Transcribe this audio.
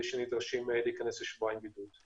שנדרשים להיכנס לשבועיים בידוד.